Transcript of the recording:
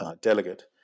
delegate